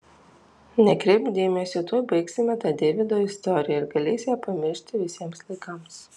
nekreipk dėmesio tuoj baigsime tą deivydo istoriją ir galės ją pamiršti visiems laikams